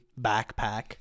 backpack